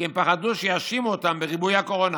כי הם פחדו שיאשימו אותם בריבוי הקורונה,